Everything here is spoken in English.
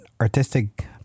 artistic